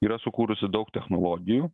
yra sukūrusi daug technologijų